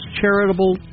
charitable